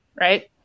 Right